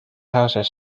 houses